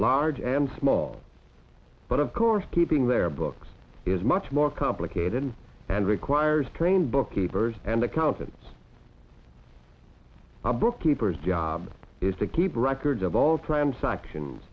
large and small but of course keeping their books is much more complicated and requires trained bookkeepers and accountants bookkeepers job is to keep records of all time sec